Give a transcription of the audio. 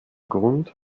grund